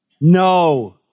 No